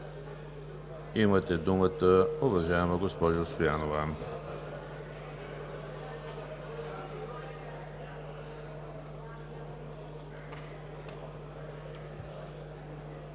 Имате думата, уважаема госпожо Стоянова.